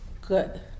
good